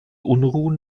unruhen